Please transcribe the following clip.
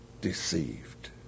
deceived